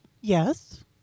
Yes